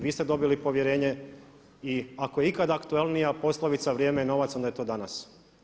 Vi ste dobili povjerenje i ako je ikad aktualnija poslovica „Vrijeme je novac“ onda je to danas.